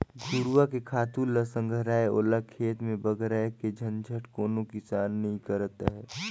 घुरूवा के खातू ल संघराय ओला खेत में बगराय के झंझट कोनो किसान नइ करत अंहे